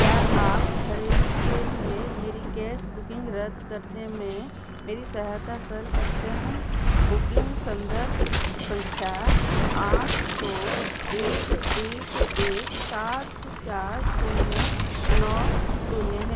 क्या आप घरेलू के लिए मेरी गैस बुकिंग रद्द करने में मेरी सहायता कर सकते हैं बुकिंग संदर्भ संख्या आठ दो एक एक एक सात चार शून्य नौ शून्य है